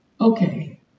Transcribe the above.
okay